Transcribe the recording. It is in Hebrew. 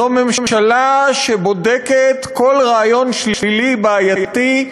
זאת ממשלה שבודקת כל רעיון שלילי, בעייתי,